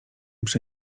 przy